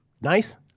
Nice